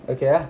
okay ah